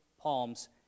Palms